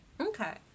Okay